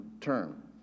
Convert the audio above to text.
term